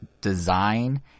design